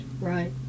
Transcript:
Right